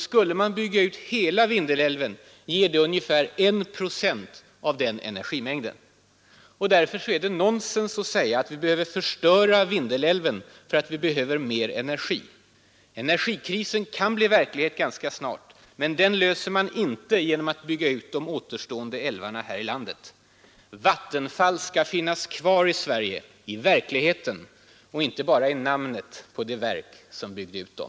Skulle man bygga ut hela Vindelälven ger det ungefär 1 procent av den energimängden. Därför är det nonsens att säga att vi bör förstöra Vindelälven för att vi behöver mer energi. Energikrisen kan bli verklighet ganska snart. Men den klarar man inte genom att bygga ut de återstående älvarna här i landet. Vattenfall skall finnas kvar i Sverige i verkligheten och inte bara i namnet på det verk som byggde ut dem.